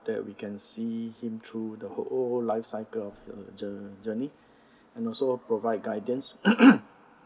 that we can see him through the whole life cycle of the jour~ journey and also provide guidance